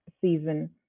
season